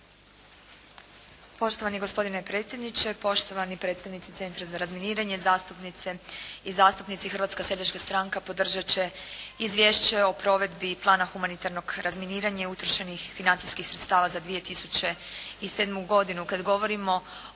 Poštovani gospodine predsjedniče, poštovani predstavnici Centra za razminiranje, zastupnice i zastupnici. Hrvatska seljačka stranka podržat će Izvješće o provedbi plana humanitarnog razminiranja i utrošenih financijskih sredstava za 2007. godinu.